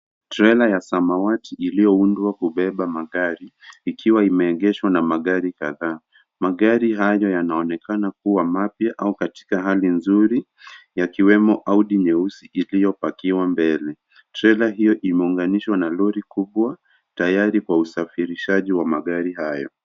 Trella ya samawati iliyoundwa kubeba magari ikiwa imeegeshwa na magari kadhaa magari hayo yanaonekana kuwa mapya au katika hali nzuri yakiwemo audi nyeusi iliyopakiwa mbele trella hio imeunganishwa na lori kubwa tayari kwa usafirishaji wa mgari hayo.